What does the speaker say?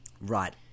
right